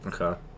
Okay